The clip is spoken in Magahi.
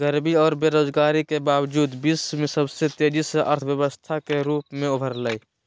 गरीबी औरो बेरोजगारी के बावजूद विश्व में सबसे तेजी से अर्थव्यवस्था के रूप में उभरलय